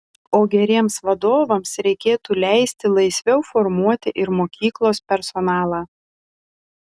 o geriems vadovams reikėtų leisti laisviau formuoti ir mokyklos personalą